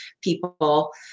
people